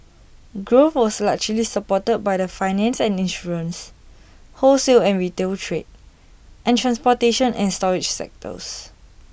growth was largely supported by the finance and insurance wholesale and retail trade and transportation and storage sectors